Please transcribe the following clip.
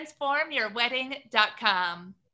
transformyourwedding.com